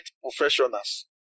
professionals